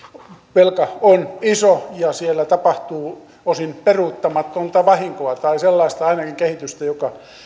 velka on iso ja siellä tapahtuu osin peruuttamatonta vahinkoa tai sellaista kehitystä ainakin joka